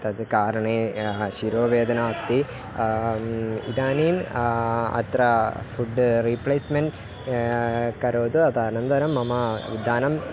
तद् कारणेन शिरोवेदना अस्ति इदानीम् अत्र फ़ुड् रीप्लेस्मेन्ट् करोतु अतः अनन्तरं मम धनम्